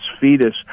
fetus